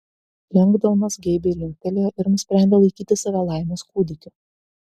lengdonas geibiai linktelėjo ir nusprendė laikyti save laimės kūdikiu